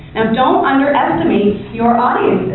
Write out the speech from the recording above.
and don't underestimate your audiences.